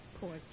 poor